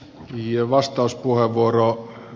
arvoisa puhemies